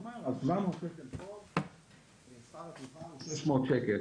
אני אומר, על 700 שקלים שכר הטרחה הוא 600 שקלים.